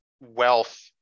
wealth